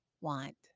want